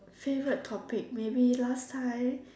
favorite topic maybe last time